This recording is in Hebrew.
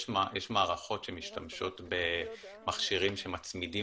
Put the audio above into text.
יש מערכות שמשתמשות במכשירים שמצמידים